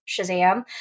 Shazam